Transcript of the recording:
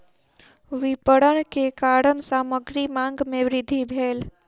विपरण के कारण सामग्री मांग में वृद्धि भेल